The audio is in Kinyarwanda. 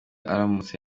aramutse